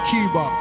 Cuba